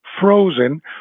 frozen